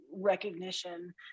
recognition